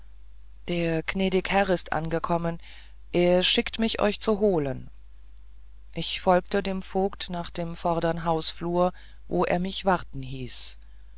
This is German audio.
der gnädig herr ist angekommen er schickt mich euch zu holen ich folgte dem vogt nach der vordern hausflur wo er mich warten hieß